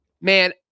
man